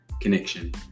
connection